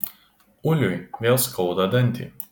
uliui vėl skauda dantį